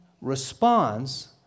responds